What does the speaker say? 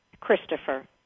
christopher